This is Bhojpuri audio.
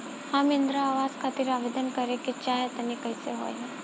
हम इंद्रा आवास खातिर आवेदन करे क चाहऽ तनि कइसे होई?